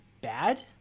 bad